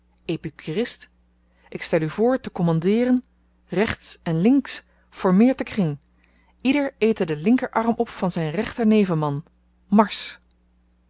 epikurist ik stel u voor te kommandeeren rechts en links formeert den kring ieder ete den linkerarm op van zyn rechternevenman marsch